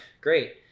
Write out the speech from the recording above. great